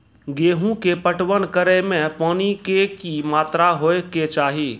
गेहूँ के पटवन करै मे पानी के कि मात्रा होय केचाही?